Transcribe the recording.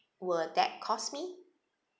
will that cost me